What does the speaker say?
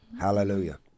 Hallelujah